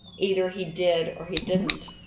either he did or he didn't.